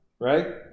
right